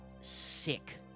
sick